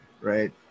right